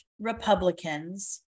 Republicans